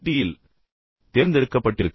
யில் தேர்ந்தெடுக்கப்பட்டிருக்கலாம்